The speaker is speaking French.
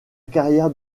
carrière